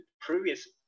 previous